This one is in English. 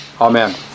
amen